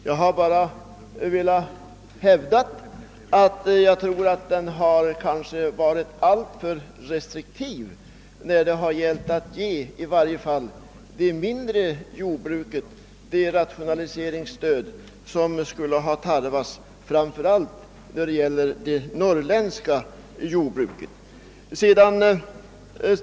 Jag har bara velat hävda att jag tror att den kanske har varit alltför restriktiv, i varje fall när det har gällt att ge det mindre jordbruket det rationaliseringsstöd som skulle ha tarvats framför allt då det gäller det norrländska jordbruket.